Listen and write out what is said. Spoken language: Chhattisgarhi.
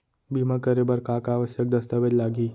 बीमा करे बर का का आवश्यक दस्तावेज लागही